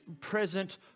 present